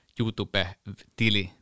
YouTube-tili